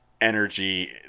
energy